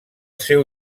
seu